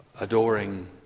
adoring